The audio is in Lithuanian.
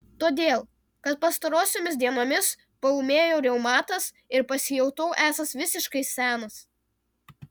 todėl kad pastarosiomis dienomis paūmėjo reumatas ir pasijutau esąs visiškai senas